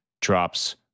drops